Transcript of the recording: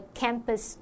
campus